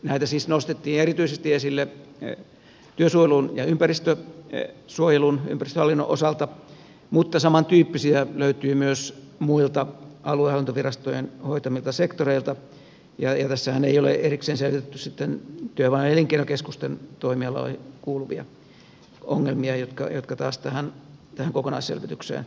näitä siis nostettiin erityisesti esille työsuojelun ja ympäristönsuojelun ympäristöhallinnon osalta mutta samantyyppisiä löytyy myös muilta aluehallintovirastojen hoitamilta sektoreilta ja tässähän ei ole erikseen selvitetty työvoima ja elinkeinokeskusten toimialoihin kuuluvia ongelmia jotka taas tähän kokonaisselvitykseen tulevat mukaan